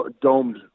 domed